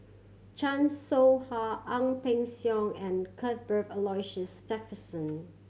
Chan Soh Ha Ang Peng Siong and Cuthbert Aloysius Shepherdson